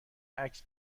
عکس